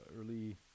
early